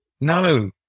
No